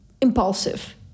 impulsive